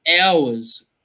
hours